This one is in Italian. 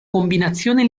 combinazione